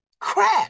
crap